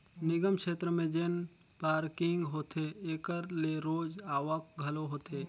निगम छेत्र में जेन पारकिंग होथे एकर ले रोज आवक घलो होथे